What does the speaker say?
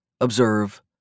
observe